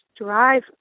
drive